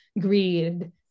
greed